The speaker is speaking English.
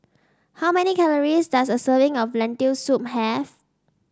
how many calories does a serving of Lentil Soup have